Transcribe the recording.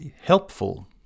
helpful